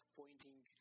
pointing